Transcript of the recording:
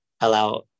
allow